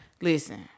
Listen